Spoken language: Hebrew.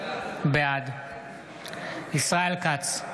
בעד ישראל כץ,